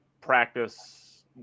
practice